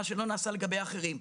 דבר שלא נעשה לגבי אחרים.